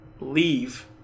leave